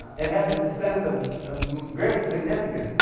it had this sense of great significance,